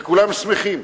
וכולם שמחים.